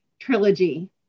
trilogy